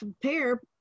prepare